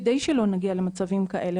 כדי שלא נגיע למצבים כאלה,